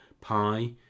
*Pi*